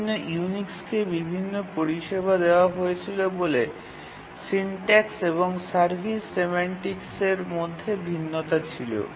বিভিন্ন ইউনিক্সকে বিভিন্ন পরিষেবা দেওয়া হয়েছিল বলে সিনট্যাক্স এবং সার্ভিস সেমানটিকসের মধ্যে ভিন্নতা ছিল